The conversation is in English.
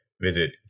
visit